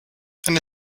eine